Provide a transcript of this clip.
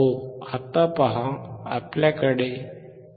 आता पहा आपल्याकडे 4